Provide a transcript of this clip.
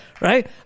Right